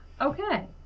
Okay